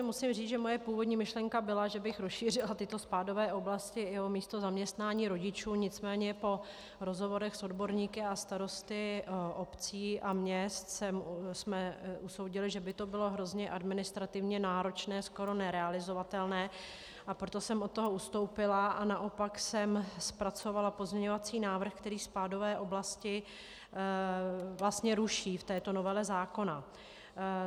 Musím tedy říct, že moje původní myšlenka byla, že bych rozšířila tyto spádové oblasti i o místo zaměstnání rodičů, nicméně po rozhovorech s odborníky a starosty obcí a měst jsme usoudili, že by to bylo hrozně administrativně náročné, skoro nerealizovatelné, a proto jsem od toho ustoupila a naopak jsem zpracovala pozměňovací návrh, který spádové oblasti vlastně v této novele zákona ruší.